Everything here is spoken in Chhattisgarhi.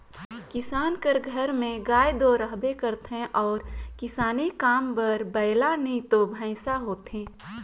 किसान कर घर में गाय दो रहबे करथे अउ किसानी काम बर बइला नी तो भंइसा होथे